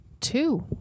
two